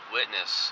witness